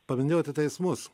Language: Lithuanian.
paminėjote teismus